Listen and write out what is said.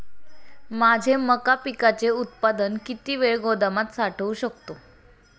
माझे मका पिकाचे उत्पादन किती वेळ गोदामात साठवू शकतो?